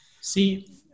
See